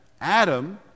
Adam